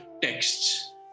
texts